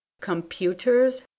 computers